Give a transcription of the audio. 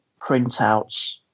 printouts